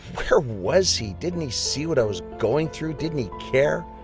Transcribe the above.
where was he? didn't he see what i was going through? didn't he care?